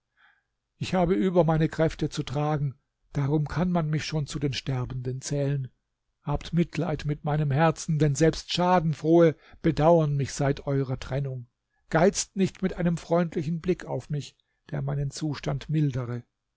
ich habe über meine kräfte zu tragen darum kann man mich schon zu den sterbenden zählen habt mitleid mit meinem herzen denn selbst schadenfrohe bedauern mich seit eurer trennung geizt nicht mit einem freundlichen blick auf mich der meinen zustand mildere